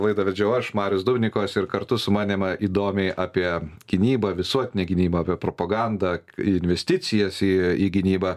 laidą vedžiau aš marius dubnikovas ir kartu su manim įdomiai apie gynybą visuotinę gynybą apie propagandą investicijas į į gynybą